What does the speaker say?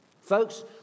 Folks